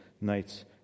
nights